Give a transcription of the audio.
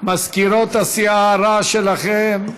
מזכירות הסיעה, הרעש שלכן,